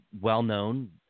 well-known